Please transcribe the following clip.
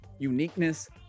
uniqueness